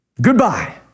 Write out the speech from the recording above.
Goodbye